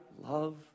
love